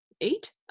eight